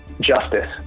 justice